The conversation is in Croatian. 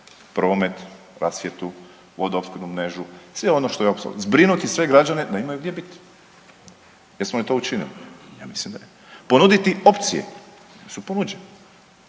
promet, rasvjetu, vodo opskrbnu mrežu, sve ono što je, zbrinuti građane da imaju gdje biti. Jesmo li to učinili? Ja mislim da jesmo. Ponuditi opcije. Jesu ponuđene?